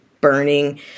burning